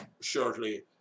shortly